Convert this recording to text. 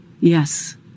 Yes